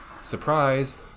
surprise